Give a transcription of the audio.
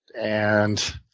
and